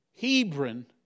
Hebron